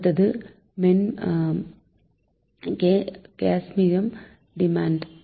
அடுத்தது maximum demand